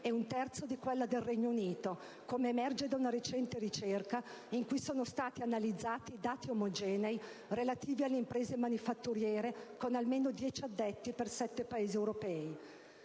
e un terzo di quella del Regno Unito, come emerge da una recente ricerca in cui sono stati analizzati dati omogenei relativi alle imprese manifatturiere con almeno dieci addetti per sette Paesi europei.